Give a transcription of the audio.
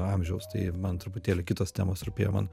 amžiaus tai man truputėlį kitos temos rūpėjo man